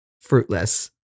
Fruitless